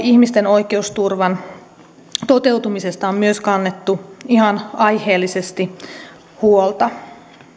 ihmisten oikeusturvan toteutumisesta on kannettu ihan aiheellisesti huolta